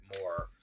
more